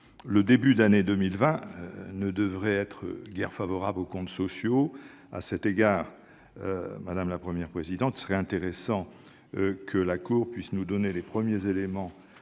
le début d'année 2020 ne devrait guère être favorable aux comptes sociaux. À cet égard, madame la Première présidente, il serait intéressant que la Cour puisse nous donner les premiers éléments